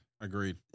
Agreed